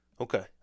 Okay